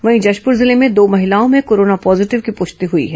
वहीं जशपूर जिले में दो महिलाओं में कोरोना पॉजीटिव की पुष्टि हुई है